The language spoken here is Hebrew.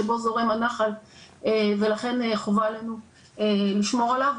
שבו זורם הנחל ולכן חובה עלינו לשמור עליו.